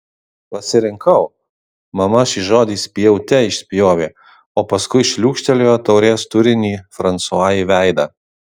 pasirinkau mama šį žodį spjaute išspjovė o paskui šliūkštelėjo taurės turinį fransua į veidą